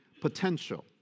potential